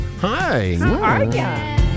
Hi